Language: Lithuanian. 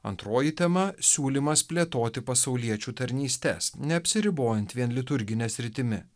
antroji tema siūlymas plėtoti pasauliečių tarnystes neapsiribojant vien liturgine sritimi